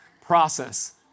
process